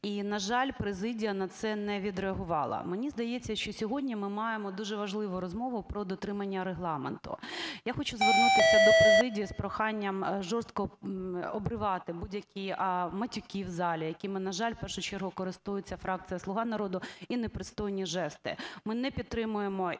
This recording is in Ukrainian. і, на жаль, президія на це не відреагувала. Мені здається, що сьогодні ми маємо важливу розмову про дотримання Регламенту. Я хочу звернутися до Президії з проханням жорстко обривати будь-які матюки в залі, якими, на жаль, в першу чергу користується фракція "Слуга народу", і непристойні жести. Ми не підтримуємо і